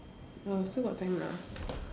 oh still got time lah